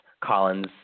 Collins